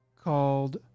called